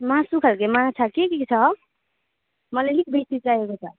मासु खालके माछा के के छ मलाई अलिक बेसी चाहिएको छ